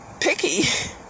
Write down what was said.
picky